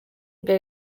bya